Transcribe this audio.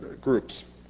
groups